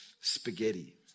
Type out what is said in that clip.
spaghetti